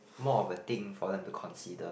more of a thing for them to consider